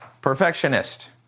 perfectionist